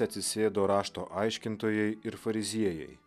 atsisėdo rašto aiškintojai ir fariziejai